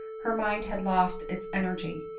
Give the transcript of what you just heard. her mind had lost its energy,